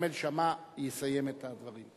וכרמל שאמה יסיים את הדברים.